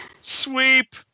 Sweep